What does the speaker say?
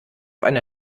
einer